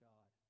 God